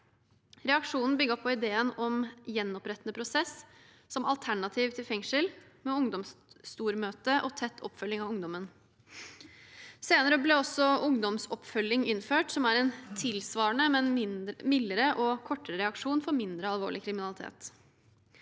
Reaksjonen bygget på ideen om gjenopprettende prosess som alternativ til fengsel, med ungdomsstormøte og tett oppfølging av ungdommen. Senere ble også ungdomsoppfølging innført, som er en tilsvarende, men mildere og kortere reaksjon for mindre alvorlig kriminalitet.